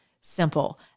simple